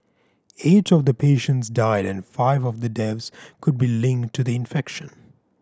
eight of the patients died and five of the deaths could be linked to the infection